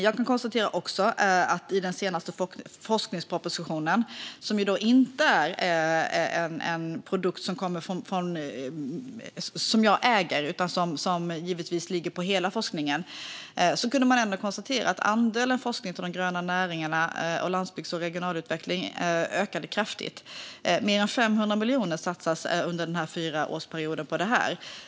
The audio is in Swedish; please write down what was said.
Jag kan också konstatera att i den senaste forskningspropositionen, som inte är en produkt som jag äger utan som givetvis ligger på hela forskningen, ökade andelen forskning på de gröna näringarna och landsbygds och regionalutveckling kraftigt. Mer än 500 miljoner satsas under den här fyraårsperioden på detta.